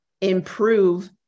improve